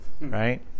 right